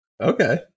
Okay